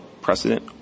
precedent